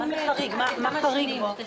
מה חריג פה?